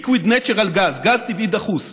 Liquid Natural Gas, גז טבעי דחוס.